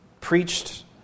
preached